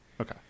Okay